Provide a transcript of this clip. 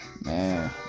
Man